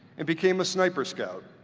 and became a sniper scout.